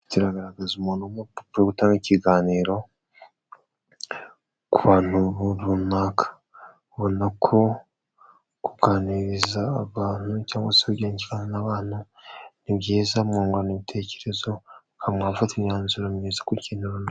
Iyi foto iragaragaza umuntu w'umupapa uri gutanga ikiganiro ku bantu runaka. Ubona ko ari kuganiriza abantu cyangwa segira inama abana, nibyiza ubungurana ibitekerezo mugafata imyanzuro myiza ku kintu runaka.